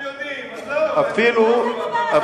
מה זה הדבר הזה,